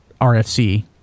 RFC